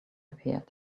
appeared